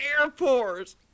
airport